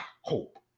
hope